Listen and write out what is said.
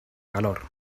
calor